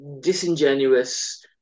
disingenuous